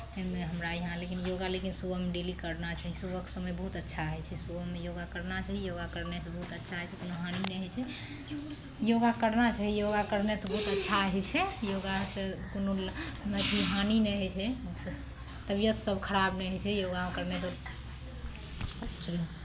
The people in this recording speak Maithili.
हमरा हियाँ लेकिन योगा सुबहमे डेली करना चाही सुबहके समय बहुत अच्छा होइ छै सुबहमे योगा करना चाही योगा करनेसँ बहुत अच्छा होइ छै कोनो हानि नहि होइ छै योगा करना चाहिए योगा करनेसँ बहुत अच्छा होइ छै योगासँ कोनो ल अथी हानि नहि होइ छै तबियतसभ खराब नहि होइ छै योगा करनेसँ